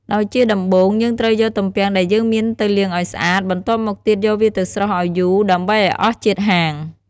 ដោយជាដំបូង យើងត្រូវយកទំពាំងដែលយើងមានទៅលាងឲ្យស្អាត បន្ទាប់មកទៀតយកវាទៅស្រុះឲ្យយូរ ដើម្បីឱ្យអស់ជាតិហាង។